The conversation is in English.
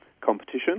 competition